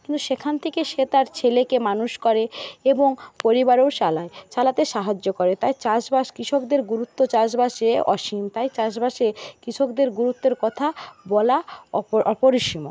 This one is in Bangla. কিন্তু সেখান থেকে সে তার ছেলেকে মানুষ করে এবং পরিবারও চালায় চালাতে সাহায্য করে তাই চাষবাস কৃষকদের গুরুত্ব চাষবাসে অসীম তাই চাষবাসে কৃষকদের গুরুত্বের কথা বলা অপরিসীম